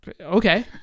okay